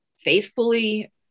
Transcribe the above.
faithfully